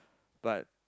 but